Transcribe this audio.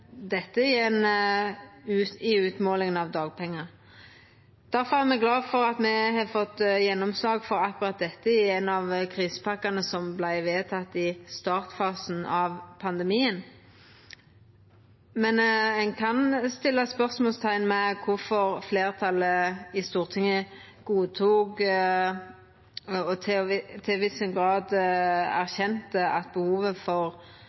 dette i utmålinga av dagpengar. Difor er me glade for at me har fått gjennomslag for akkurat dette i ein av krisepakkane som vart vedtekne i startfasen av pandemien. Men ein kan setja spørsmålsteikn ved kvifor fleirtalet i Stortinget godtok, og til ein viss grad erkjente, at behovet for